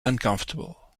uncomfortable